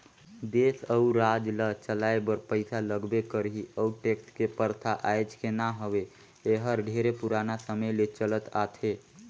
देस अउ राज ल चलाए बर पइसा लगबे करही अउ टेक्स के परथा आयज के न हवे एहर ढेरे पुराना समे ले चलत आथे